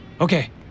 Okay